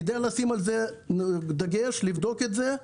כדאי לשים על זה דגש ולבדוק את זה.